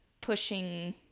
pushing